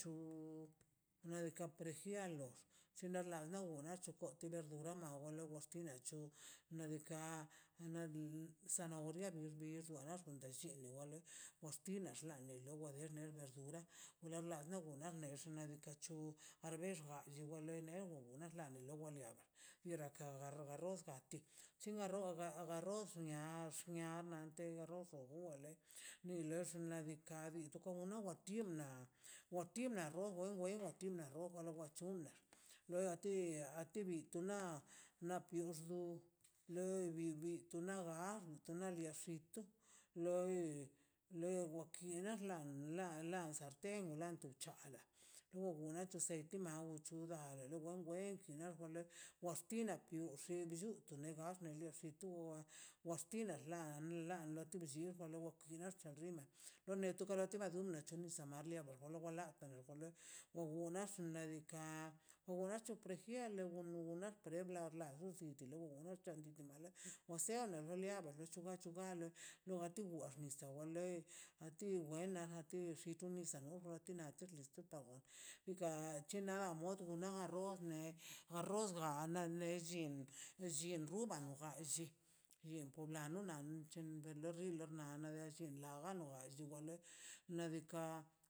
Llu nedika pregialo sin dar la no nach chukot na verdura no mahoa luego sna chu nadika na din zanahoria bir di wa xtina xḻa wa der na xdura orala o gora mex xnaꞌ diikaꞌ chu ar bexgawe wa lei o la xlani lo waliada biera ka garga rosga ti shina rosga arroz na xniate arroz xo gungan lei nin lox xnaꞌ diikaꞌ rrito konno wa tii na wa tii na rroz wenga la tin na rojo wachunga loa ti a ti bi to na na pierdullu loi bi bi to nada nada to liadi si tu loi loi dila xnal la la sarten lan tu c̱ha ugu natzu chse ti maw chu gar lo gan wei bllu to le gaxn le waxtina lan lote ballin wa le wak rima doneto kari tim madum na benꞌ sanmarlie xnaꞌ diika' oga racho prefiele logo nat pre bie rla la ti loi o sea la ruliea de bachu bachu ba logati wa a ti we la tixu nisa arroz bla a na na ble llin llin rruba ja lli yiṉ poblano chenga rra li rri na xla kin la no ba chin wale nadika.